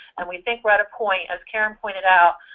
and we think we're at a point, as karen pointed out,